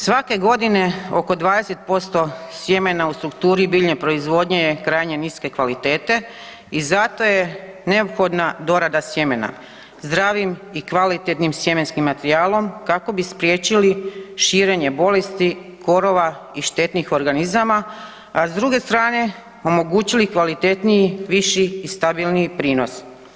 Svake godine oko 20% sjemena u strukturi biljne proizvodnje je krajnje niske kvalitete i zato je neophodna dorada sjemena zdravim i kvalitetnim sjemenskim materijalom kako bi spriječili širenje bolesti, korova i štetnih organizama, a s druge strane omogućili kvalitetniji, viši i stabilniji prinos.